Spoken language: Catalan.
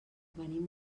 venim